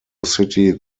city